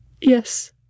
Yes